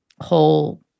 whole